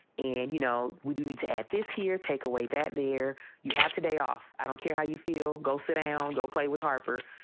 and, you know, we do need to at this here, take away that there you have today off. i don't care how you feel. go sit down. go play with harper.